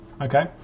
okay